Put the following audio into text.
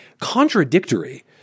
contradictory